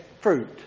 fruit